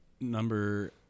number